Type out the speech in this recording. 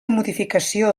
modificació